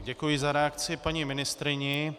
Děkuji za reakci paní ministryni.